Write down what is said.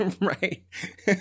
right